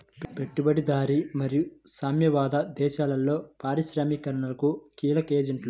పెట్టుబడిదారీ మరియు సామ్యవాద దేశాలలో పారిశ్రామికీకరణకు కీలక ఏజెంట్లు